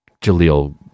Jaleel